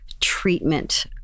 treatment